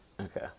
okay